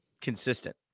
consistent